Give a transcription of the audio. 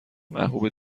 محبوب